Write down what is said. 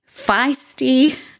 feisty